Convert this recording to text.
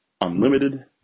unlimited